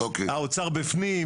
האוצר בפנים,